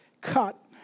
cut